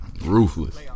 Ruthless